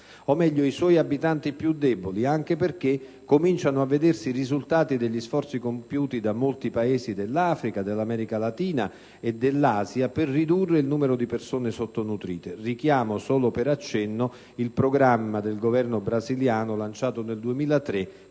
o meglio i suoi abitanti più deboli, anche perché cominciano a vedersi i risultati degli sforzi compiuti da molti Paesi dell'Africa, dell'America latina e dell'Asia per ridurre il numero di persone sottonutrite. Richiamo solo per accenno il programma del Governo brasiliano lanciato nel 2003